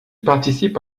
participe